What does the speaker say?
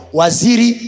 waziri